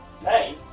Hey